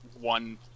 one